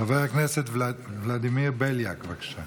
חבר הכנסת ולדימיר בליאק, בבקשה.